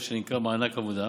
מה שנקרא מענק עבודה,